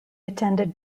attended